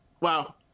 Wow